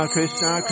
Krishna